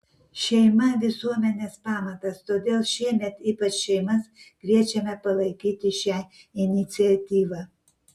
šeima visuomenės pamatas todėl šiemet ypač šeimas kviečiame palaikyti šią iniciatyvą